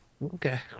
okay